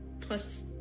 plus